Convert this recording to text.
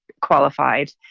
qualified